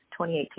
2018